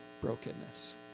brokenness